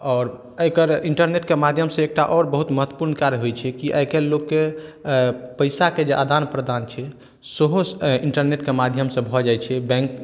आओर एकर इन्टरनेटके माध्यमसँ एकटा आओर बहुत महत्वपूर्ण कार्य होइ छै कि आइ काल्हि लोकके पैसाके जे आदान प्रदान छै सेहो इन्टरनेटके माध्यमसँ भऽ जाइ छै बैंक